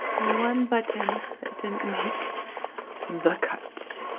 the one button that didn't make the cut